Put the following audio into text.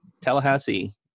tallahassee